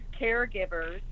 caregivers